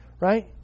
Right